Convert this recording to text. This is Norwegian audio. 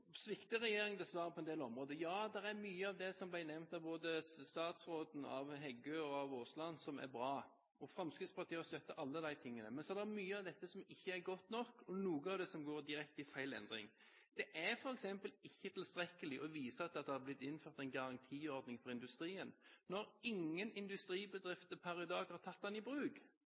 svikter regjeringen dessverre på en del områder. Ja, det er mye av det som ble nevnt både av statsråden, av Heggø og av Aasland, som er bra, og Fremskrittspartiet har støttet alt dette. Men så er det mye av dette som ikke er godt nok, og noe av det som går direkte i feil retning. Det er f.eks. ikke tilstrekkelig å vise til at det har blitt innført en garantiordning for industrien når ingen industribedrifter per i dag har tatt den i bruk.